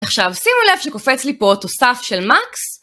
עכשיו שימו לב שקופץ לי פה תוסף של מקס